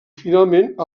finalment